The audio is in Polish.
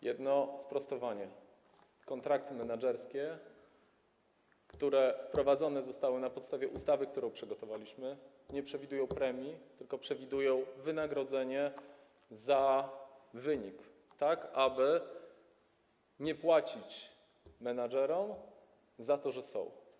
Jedno sprostowanie - kontrakty menedżerskie, które wprowadzone zostały na podstawie ustawy, którą przygotowaliśmy, nie przewidują premii, tylko przewidują wynagrodzenie za wynik, tak aby nie płacić menedżerom za to, że są.